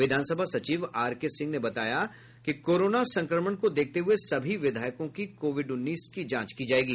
विधानसभा सचिव आरके सिंह ने बताया कि कोरोना संक्रमण को देखते हुये सभी विधायकों की कोविड उन्नीस की जांच की जायेगी